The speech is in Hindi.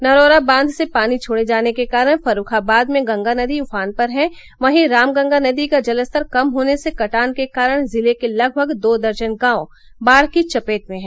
नरौरा बांध से पानी छोड़े जाने के कारण फर्रूखाबाद में गंगा नदी उफान पर है वहीं रामगंगा नदी का जलस्तर कम होने से कटान के कारण जिले के लगभग दो दर्जन गांव बाढ़ की चपेट में है